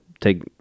Take